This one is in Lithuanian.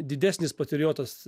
didesnis patriotas